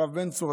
הרב בן צור,